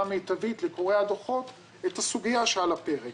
מיטבית לקורא הדוחות את הסוגיה שעל הפרק.